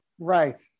Right